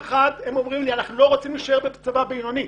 אומרים לי שאינם רוצים להיות בצבא בינוני,